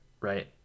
right